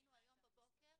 מסכימה איתך.